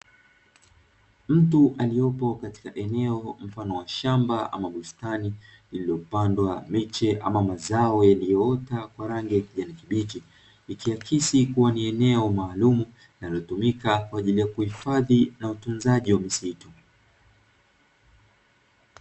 Mtu aliyepo katika eneo mfano wa shamba ama bustani, lililopandwa miche ama mazao yaliyoota kwa rangi ya kijani kibichi, ikiakisi kuwa ni eneo maalumu linalotumika kwa ajili ya uhifadhi na utunzaji wa misitu.